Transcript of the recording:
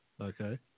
Okay